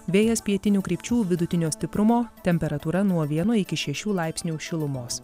vėjas pietinių krypčių vidutinio stiprumo temperatūra nuo vieno iki šešių laipsnių šilumos